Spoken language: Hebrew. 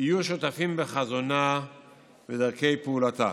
יהיו שותפים בחזונה ובדרכי פעולתה,